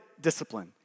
discipline